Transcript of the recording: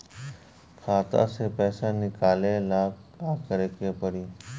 खाता से पैसा निकाले ला का करे के पड़ी?